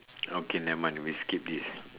okay never mind we skip this